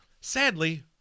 Sadly